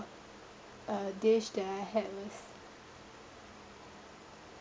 uh dish that I had was